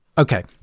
Okay